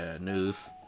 news